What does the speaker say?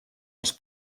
els